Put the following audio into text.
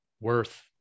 worth